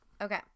Okay